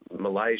Malaysia